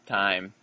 time